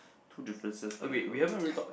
two differences for the girl